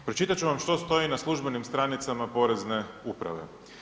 Pročitat ću vam što stoji na službenim stranicama Porezne uprave.